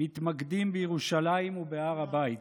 מתמקדים בירושלים ובהר הבית.